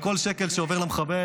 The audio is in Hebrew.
על כל שקל שעובר למחבל,